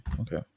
okay